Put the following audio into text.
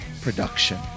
production